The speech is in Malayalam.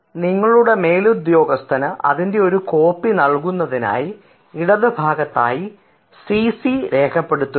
കൂടാതെ നിങ്ങളുടെ മേലുദ്യോഗസ്ഥന് അതിൻറെ ഒരു കോപ്പി നൽകുന്നതിനായി ഇടതുഭാഗത്തായി സിസി രേഖപ്പെടുത്തുക